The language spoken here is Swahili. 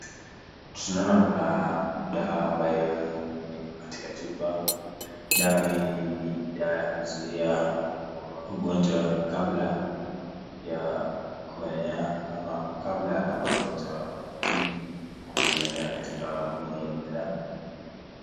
Tunaona kuna dawa ambayo iko katika chupa dawa hii ni dawa ya kuzuia ugonjwa kabla ya kuenea ama kabla ya magonjwa hii kuenea katika mwili ya binadamu.